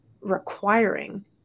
requiring